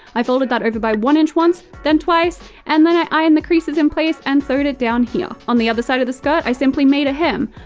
i folded that over by one inch once, then twice, and then i ironed the creases in place and sewed it down here. on the other side of the skirt, i simply made a hem,